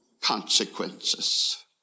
consequences